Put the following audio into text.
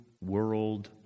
world